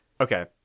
Okay